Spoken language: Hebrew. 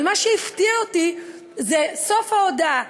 אבל מה שהפתיע אותי זה סוף ההודעה.